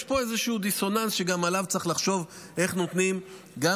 יש פה איזשהו דיסוננס שגם עליו צריך לחשוב: איך נותנים גם